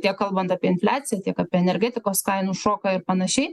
tiek kalbant apie infliaciją tiek apie energetikos kainų šoką ir panašiai